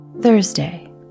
Thursday